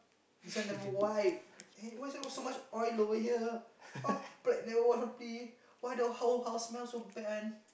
this one never wipe eh why this one so much oil over here oh plate never wash properly why the whole house smell so bad